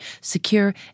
secure